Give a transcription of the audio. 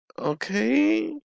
okay